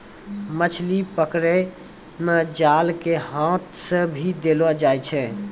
मछली पकड़ै मे जाल के हाथ से भी देलो जाय छै